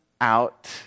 out